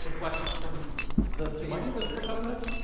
questions from the two microphones for a couple minutes.